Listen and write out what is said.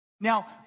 Now